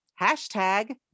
hashtag